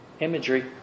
Imagery